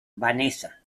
vanessa